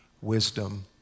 wisdom